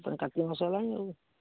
ପୁରା କାର୍ତ୍ତିକ ମାସ ହେଲାଣି ଆଉ